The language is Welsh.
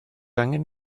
angen